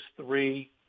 three